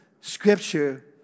scripture